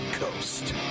coast